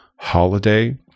holiday